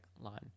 line